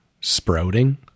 sprouting